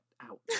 out